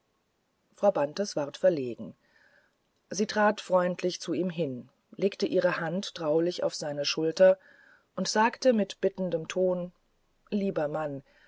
frau bantes ward verlegen sie trat freundlich zu ihm hin legte ihre hand traulich auf seine schulter und sagte leise mit bittendem tone lieber mann